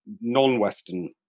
non-Western